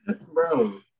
Bro